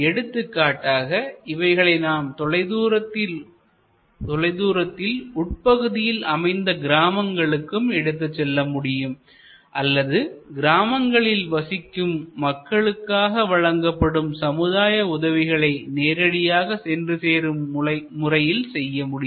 எடுத்துக்காட்டாக இவைகளை நாம் தொலைதூரத்தில் உட்பகுதியில் அமைந்த கிராமங்களுக்கும் எடுத்துச் செல்லமுடியும் அல்லது கிராமங்களில் வசிக்கும் மக்களுக்காக வழங்கப்படும் சமுதாய உதவிகளை நேரடியாக சென்று சேரும் முறையில் செய்ய முடியும்